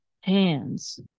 hands